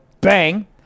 bang